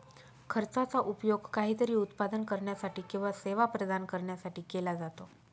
खर्चाचा उपयोग काहीतरी उत्पादन करण्यासाठी किंवा सेवा प्रदान करण्यासाठी केला जातो